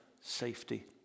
safety